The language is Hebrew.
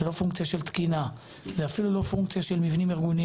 זה לא פונקציה של תקינה ואפילו לא פונקציה של מבנים ארגוניים.